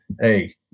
hey